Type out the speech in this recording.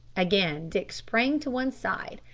again dick sprang to one side,